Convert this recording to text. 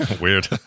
weird